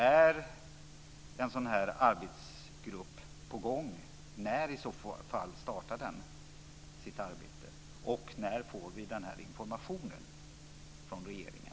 Är en sådan här arbetsgrupp i gång? När startade den i så fall sitt arbete? Och när får vi den här informationen från regeringen?